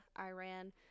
Iran